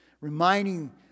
reminding